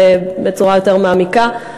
בצורה יותר מעמיקה.